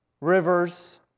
rivers